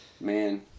Man